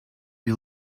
you